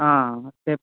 step